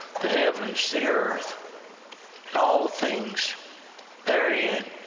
the heavens, the earth and all things therein,